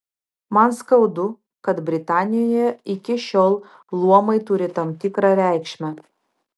man skaudu kad britanijoje iki šiol luomai turi tam tikrą reikšmę